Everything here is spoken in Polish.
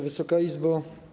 Wysoka Izbo!